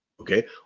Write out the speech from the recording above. Okay